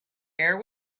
air